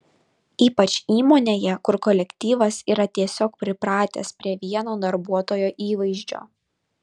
ypač įmonėje kur kolektyvas yra tiesiog pripratęs prie vieno darbuotojo įvaizdžio